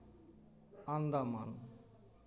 Andaman